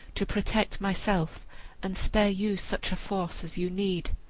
to protect myself and spare you such a force as you need.